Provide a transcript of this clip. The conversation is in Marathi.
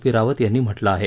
पी रावत यांनी म्हटलं आहे